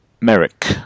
Merrick